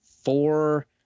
four